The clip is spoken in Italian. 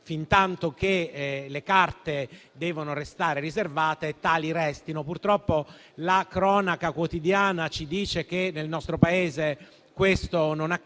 fintanto che le carte devono restare riservate, tali restino. Purtroppo la cronaca quotidiana ci dice che nel nostro Paese questo non accade,